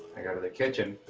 i go to the kitchen,